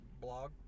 blog